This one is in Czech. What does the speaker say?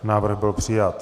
Návrh byl přijat.